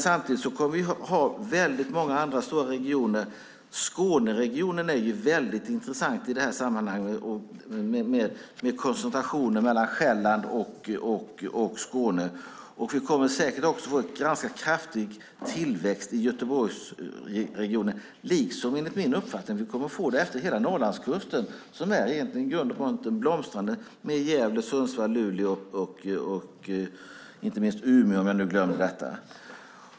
Samtidigt kommer vi att ha väldigt många andra stora regioner. Skåneregionen är mycket intressant i det här sammanhanget med koncentrationen mellan Själland och Skåne. Vi kommer säkert också att få en ganska kraftig tillväxt i Göteborgsregionen. Det kommer vi enligt min uppfattning också att få efter hela Norrlandskusten. Den är i grund och botten blomstrande med Gävle, Sundsvall, Luleå och inte minst Umeå, för att inte glömma det.